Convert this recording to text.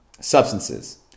substances